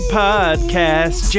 podcast